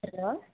hello